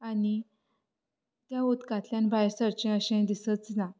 आनी त्या उदकांतल्यान भायर सरचें अशें दिसच ना